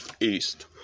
East